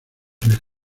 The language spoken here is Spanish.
reja